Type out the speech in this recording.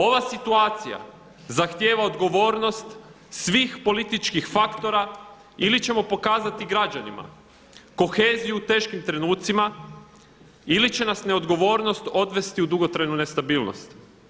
Ova situacija zahtijeva odgovornost svih političkih faktora ili ćemo pokazati građanima koheziju u teškim trenucima ili će nas neodgovornost odvesti u dugotrajnu nestabilnost.